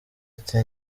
ati